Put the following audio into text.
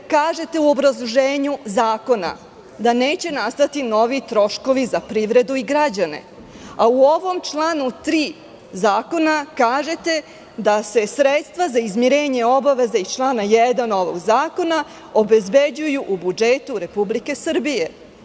U obrazloženju zakona kažete da neće nastati novi troškovi za privredu i građane, a u članu 3. zakona kažete da se sredstva za izmirenje obaveza iz člana 1. ovog zakona obezbeđuju u budžetu Srbije.